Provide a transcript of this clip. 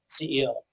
CEO